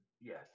Yes